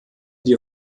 die